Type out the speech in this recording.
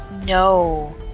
No